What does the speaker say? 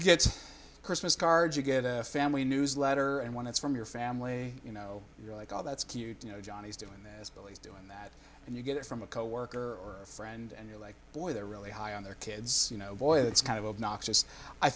get christmas cards you get a family newsletter and when it's from your family you know you're like oh that's cute you know johnny's doing that as billy's doing that and you get it from a coworker or a friend and you're like boy they're really high on their kids you know boy it's kind of obnoxious i